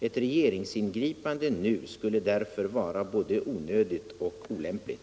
Ett regeringsingripande nu skulle därför vara både onödigt och olämpligt.